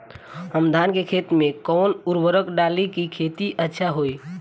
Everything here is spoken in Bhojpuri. हम धान के खेत में कवन उर्वरक डाली कि खेती अच्छा होई?